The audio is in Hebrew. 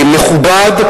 מכובד,